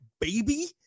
baby